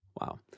Wow